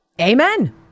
amen